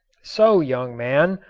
so, young man,